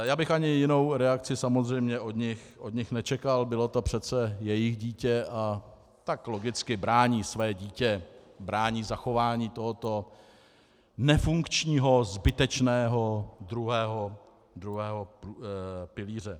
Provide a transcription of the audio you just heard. Já bych ani jinou reakci samozřejmě od nich nečekal, bylo to přece jejich dítě a logicky brání své dítě, brání zachování tohoto nefunkčního zbytečného druhého pilíře.